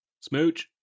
Smooch